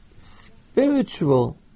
spiritual